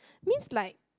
means like